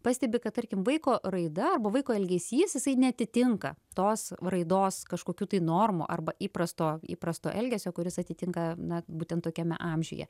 pastebi kad tarkim vaiko raida arba vaiko elgesys jisai neatitinka tos raidos kažkokių tai normų arba įprasto įprasto elgesio kuris atitinka na būtent tokiame amžiuje